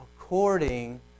according